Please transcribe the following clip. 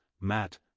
Matt